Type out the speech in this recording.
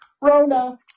Rona